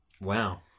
Wow